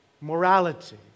morality